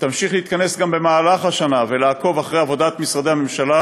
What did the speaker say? תמשיך להתכנס גם השנה ולעקוב אחר עבודת משרדי הממשלה